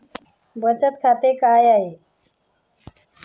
बचत खाते काय आहे?